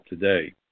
today